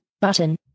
button